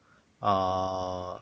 orh